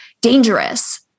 dangerous